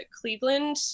Cleveland